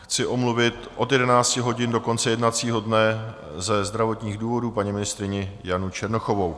Chci omluvit od 11 hodin do konce jednacího dne ze zdravotních důvodů paní ministryni Janu Černochovou.